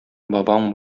бабаң